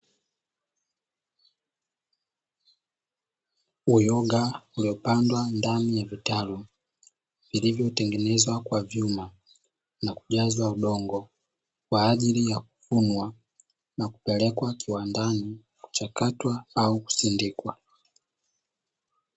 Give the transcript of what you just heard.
Uyoga uliopandwa ndani ya vitalu vilivyotengenezwa kwa vyuma na kujazwa udongo kwa ajili ya kuvunwa, na kupelekwa kiwandani kuchakatwa na kusindikwa.